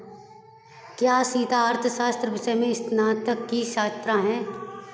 क्या सीता अर्थशास्त्र विषय में स्नातक की छात्रा है?